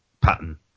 pattern